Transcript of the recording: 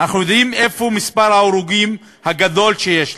אנחנו יודעים איפה מספר ההרוגים הגדול שיש לנו,